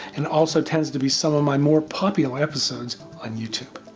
and also tends to be some of my more popular episodes on youtube.